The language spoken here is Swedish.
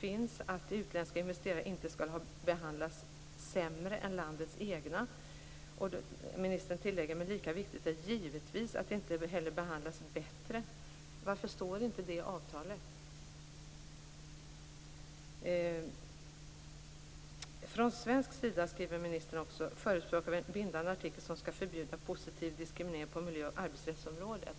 det att utländska investerare inte skall behandlas sämre än landets egna. Ministern tillägger: "Men lika viktigt är givetvis att de inte heller behandlas bättre." Varför står inte det i avtalet? Ministern skriver också: "Från svensk sida förespråkar vi en bindande artikel som skall förbjuda positiv diskriminering på miljö och arbetsrättsområdet."